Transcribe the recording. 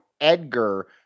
Edgar